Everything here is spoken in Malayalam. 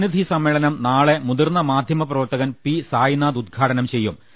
പ്രതിനിധി സമ്മേളനം നാളെ മുതിർന്ന മാധ്യമപ്രവർത്തകൻ പി സായ്നാഥ് ഉദ്ഘാടനം ചെയ്യും